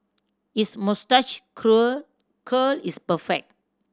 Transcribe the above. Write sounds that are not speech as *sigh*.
his moustache *unintelligible* curl is perfect